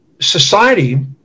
society